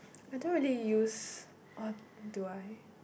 I do already use oh do I